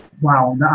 Wow